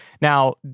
Now